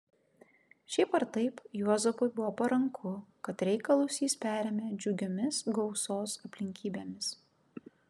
šiaip ar taip juozapui buvo paranku kad reikalus jis perėmė džiugiomis gausos aplinkybėmis